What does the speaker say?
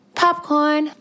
popcorn